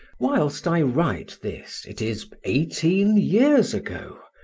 whilst i write this it is eighteen years ago,